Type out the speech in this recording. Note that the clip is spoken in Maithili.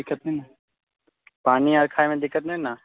ठीक हइ पानि आओर खाइमे दिक्कत नहि ने